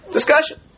Discussion